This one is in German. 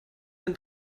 den